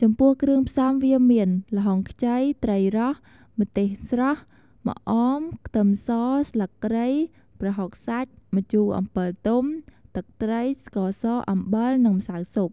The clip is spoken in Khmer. ចំពោះគ្រឿងផ្សំវាមាន ល្ហុងខ្ចី ត្រីរស់ ម្ទេសស្រស់ ម្អម ខ្ទឹមស ស្លឹកគ្រៃ ប្រហុកសាច់ ម្ជួអម្ពិលទុំ ទឹកត្រី ស្ករស អំបិល និងម្សៅស៊ុប។